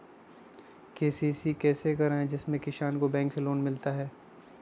KCC कैसे कराये जिसमे किसान को बैंक से लोन मिलता है?